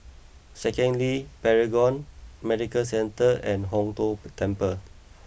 Second Link Paragon Medical Centre and Hong Tho Temple